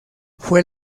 fue